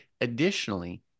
additionally